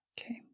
Okay